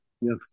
Yes